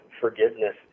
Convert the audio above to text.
forgiveness